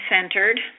centered